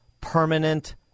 permanent